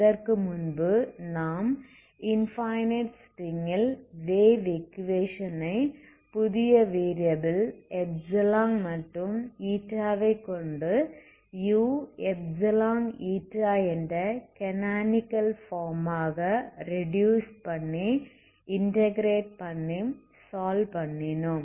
இதற்கு முன்பு நாம் இன்ஃபனைட் ஸ்ட்ரிங் ல் வேவ் ஈக்குவேஷன் ஐ புதிய வேரியபில்ஸ் மற்றும் வை கொண்டு uξη என்ற கானானிகல் ஃபார்ம் ஆக ரெடியூஸ் பண்ணி இன்டகிரேட் பண்ணி சால்வ் பண்ணினோம்